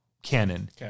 canon